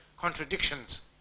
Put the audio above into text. Contradictions